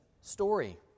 story